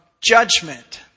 judgment